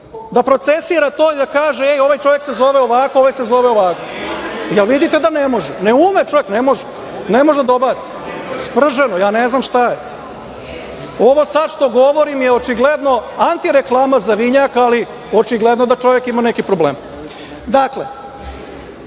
da procesira to i da kaže- ej, ovaj čovek se zove ovako, ovaj se zove ovako. Jel vidite da ne može? Ne ume čovek, ne može da dobaci. Sprženo. Ne znam šta je. Ovo sada što govorim je očigledno anti reklama za vinjak, ali očigledno da čovek ima nekih problema. Dakle,